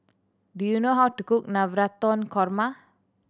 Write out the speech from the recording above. do you know how to cook Navratan Korma